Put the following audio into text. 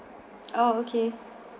oh okay